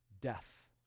death